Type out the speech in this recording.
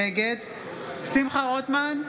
נגד שמחה רוטמן,